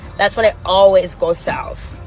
that's when it always goes south.